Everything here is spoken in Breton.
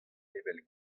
evel